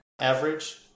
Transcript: average